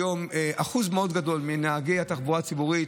היום אחוז מאוד גדול מנהגי התחבורה הציבורית,